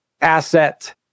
asset